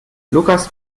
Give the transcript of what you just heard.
lukas